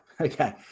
Okay